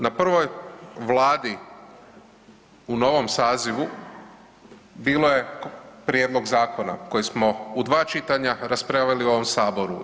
Na prvoj Vladi u novom sazivu bilo je prijedlog zakona koji smo u dva čitanja raspravili u ovom saboru.